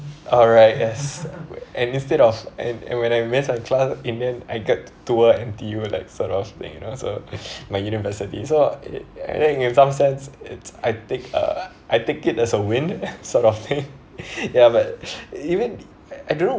alright yes and instead of and and when I missed a class in the end I get to tour N_T_U like sort of like you know so my university so it and then in some sense it's I take uh I take it as a win sort of thing ya but even I don't know